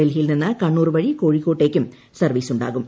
ഡൽഹിയിൽ നിന്ന് കണ്ണൂർ വഴി കോഴിക്കോട്ടേക്കും സർവ്വീസുണ്ടാകും